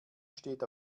steht